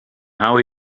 how